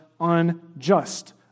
unjust